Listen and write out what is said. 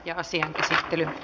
ja tosi kylmä